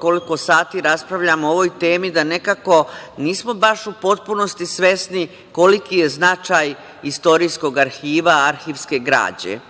koliko sati raspravljamo o ovoj temi, da nismo baš u potpunosti svesni koliki je značaj Istorijskog arhiva arhivske građe.